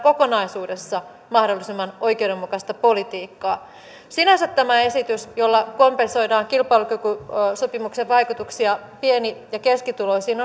kokonaisuudessaan mahdollisimman oikeudenmukaista politiikkaa sinänsä tämä esitys jolla kompensoidaan kilpailukykysopimuksen vaikutuksia pieni ja keskituloisiin